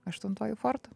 aštuntuoju fortu